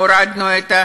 והורדנו,